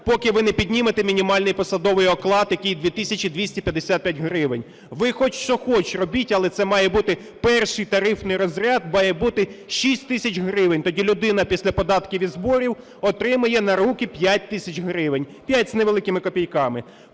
поки ви не піднімете мінімальний посадовий оклад, який 2 тисячі 255 гривень. Ви що хоч робіть, але це має бути… перший тарифний розряд має бути 6 тисяч гривень. Тоді людина після податків і зборів отримає на руки 5 тисяч гривень, 5 з невеликими копійками.